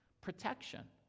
protection